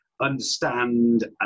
Understand